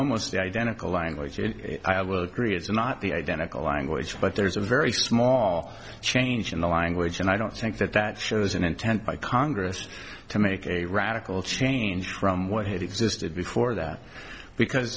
almost identical language you will agree it's not the identical language but there's a very small change in the language and i don't think that that shows an intent by congress to make a radical change from what he just did before that because